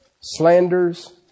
slanders